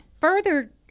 further